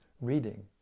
reading